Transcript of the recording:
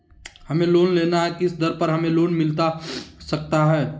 हमें लोन लेना है किस दर पर हमें लोन मिलता सकता है?